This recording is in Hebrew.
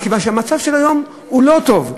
מכיוון שהמצב היום הוא לא טוב.